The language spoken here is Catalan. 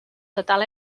total